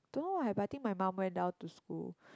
don't know eh but I think my mum went down to school